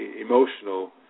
emotional